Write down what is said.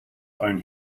own